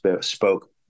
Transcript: spoke